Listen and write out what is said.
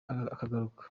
akagaruka